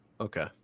Okay